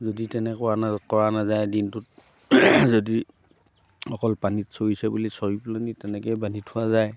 যদি তেনেকুৱা কৰা নাযায় কৰা নাযায় দিনটোত যদি অকল পানীত চৰিছে বুলি চৰি পেলাহেনি তেনেকৈয়ে বান্ধি থোৱা যায়